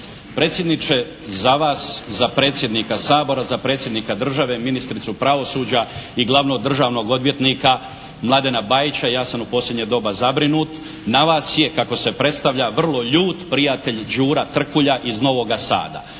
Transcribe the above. Predsjedniče, za vas, za predsjednika Sabora, za predsjednika države, ministricu pravosuđa i glavnog Državnog odvjetnika Mladena Bajića ja sam u posljednje doba zabrinut. Na vas je kako se predstavlja vrlo ljut prijatelj Đura Trkulja iz Novoga Sada.